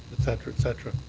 et cetera, et cetera.